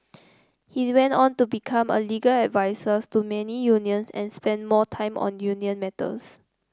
he went on to become a legal advisor to many unions and spent more time on union matters